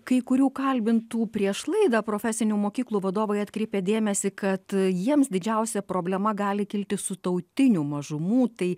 kai kurių kalbintų prieš laidą profesinių mokyklų vadovai atkreipė dėmesį kad jiems didžiausia problema gali kilti su tautinių mažumų tai